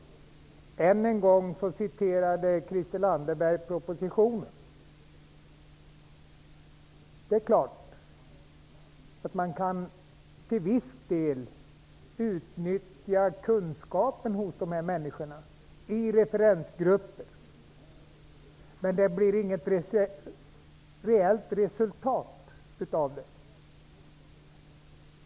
Herr talman! Än en gång citerade Christel Anderberg propositionen. Det är klart att man till viss del kan utnyttja kunskapen hos de här människorna i referensgrupper, men det blir inget reellt resultat av det.